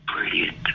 brilliant